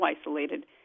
isolated